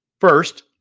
First